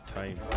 time